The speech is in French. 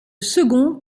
second